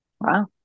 Wow